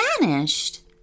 vanished